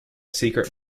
secret